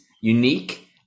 unique